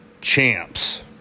champs